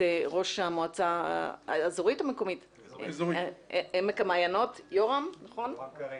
ראש המועצה האזורית עמק המעיינות יורם קרין.